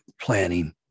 planning